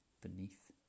beneath